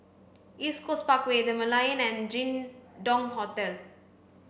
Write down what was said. East Coast Parkway The Merlion and Jin Dong Hotel